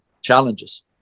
challenges